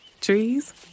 Trees